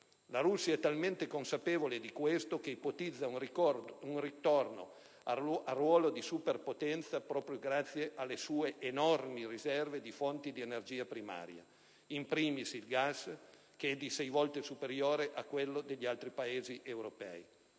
La Russia è talmente consapevole di ciò da ipotizzare un ritorno al ruolo di superpotenza proprio grazie alle sue enormi riserve di fonti di energia primaria, *in primis* il gas, che è sei volte superiore a quello degli altri Paesi europei,